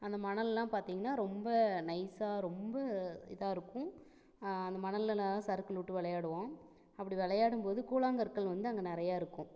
அந்த மணலெல்லாம் பார்த்தீங்கன்னா ரொம்ப நைசாக ரொம்ப இதாக இருக்கும் அந்த மணலெல்லலாம் சறுக்கல் உட்டு விளையாடுவோம் அப்படி விளையாடும்போது கூழாங்கற்கள் வந்து அங்கே நிறைய இருக்கும்